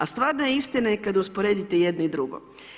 A stvarna istina je kada usporedite jedno i drugo.